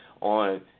on